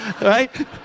Right